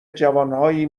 جوانهایی